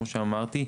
כמו שאמרתי,